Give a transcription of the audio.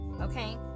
Okay